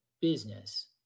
business